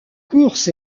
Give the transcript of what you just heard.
course